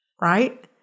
right